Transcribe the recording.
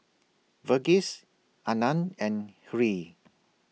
Verghese Anand and Hri